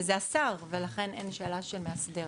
וזה השר, ולכן אין שאלה של מאסדר.